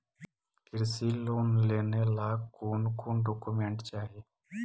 कृषि लोन लेने ला कोन कोन डोकोमेंट चाही?